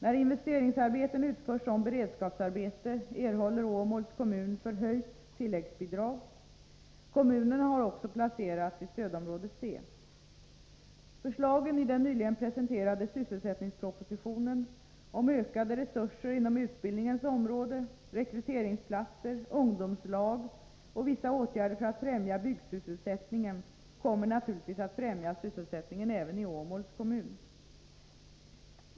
När investeringsarbeten utförs som beredskapsarbete erhåller Åmåls kommun förhöjt tilläggsbidrag. Kommunen har också placerats i stödområde C. ökade resurser inom utbildningens område, rekryteringsplatser, ungdomslag och vissa åtgärder för att främja byggsysselsättningen kommer naturligtvis att främja sysselsättningen även i Åmåls kommun.